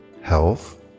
health